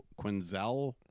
Quinzel